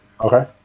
Okay